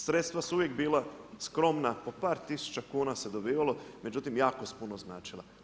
Sredstva su uvijek bila skromna, po par tisuća kuna se dobivalo međutim jako su puno značila.